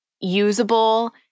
usable